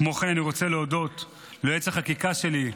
כמו כן, אני רוצה להודות ליועץ החקיקה שלי,